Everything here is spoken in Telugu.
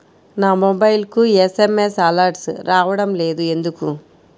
నా మొబైల్కు ఎస్.ఎం.ఎస్ అలర్ట్స్ రావడం లేదు ఎందుకు?